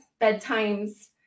bedtimes